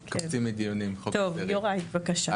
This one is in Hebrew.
יוראי, בבקשה.